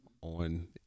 on